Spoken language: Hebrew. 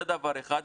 זה דבר אחד.